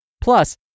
Plus